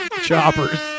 Choppers